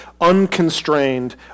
unconstrained